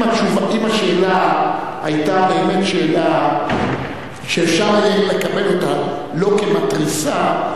אם השאלה היתה באמת שאלה שאפשר לקבל אותה כלא מתריסה,